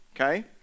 okay